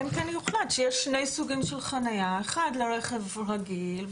אלא אם כן יוחלט שיש שני סוגים של חניה: אחת לרכב רגיל,